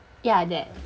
ya that